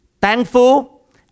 thankful